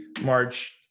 March